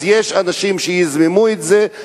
יש אנשים שיזרמו עם זה.